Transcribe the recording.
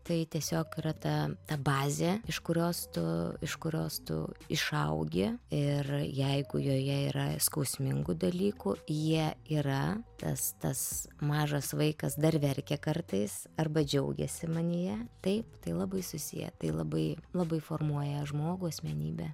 tai tiesiog yra ta ta bazė iš kurios tu iš kurios tu išaugi ir jeigu joje yra skausmingų dalykų jie yra tas tas mažas vaikas dar verkia kartais arba džiaugiasi manyje taip tai labai susiję tai labai labai formuoja žmogų asmenybę